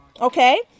okay